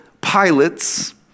pilots